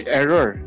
error